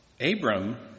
Abram